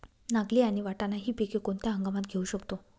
नागली आणि वाटाणा हि पिके कोणत्या हंगामात घेऊ शकतो?